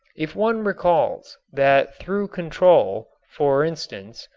if one recalls that through control, for instance,